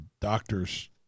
doctors